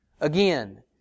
Again